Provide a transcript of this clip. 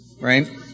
right